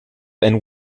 and